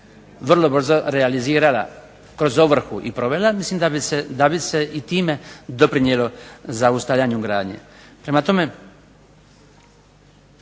vrlo brzo realizirala kroz ovrhu i provela mislim da bi se i time doprinijelo zaustavljanju gradnje. Prema tome,